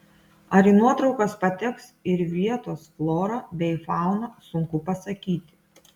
ar į nuotraukas pateks ir vietos flora bei fauna sunku pasakyti